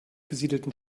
besiedelten